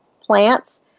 plants